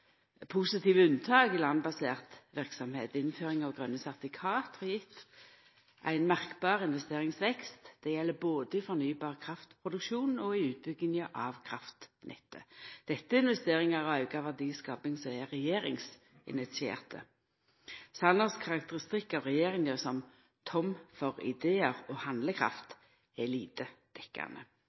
positive unntak i landbasert verksemd. Innføring av grøne sertifikat har gjeve ein merkbar investeringsvekst. Det gjeld både i fornybar kraftproduksjon og i utbygginga av kraftnettet. Dette er investeringar og auka verdiskaping som er regjeringsinitierte. Sanners karakteristikk av regjeringa som «tom for ideer og handlekraft» er lite